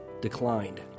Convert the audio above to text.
declined